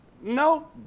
No